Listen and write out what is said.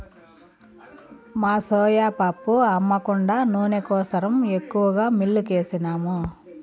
మా సోయా పప్పు అమ్మ కుండా నూనె కోసరం ఎక్కువగా మిల్లుకేసినాము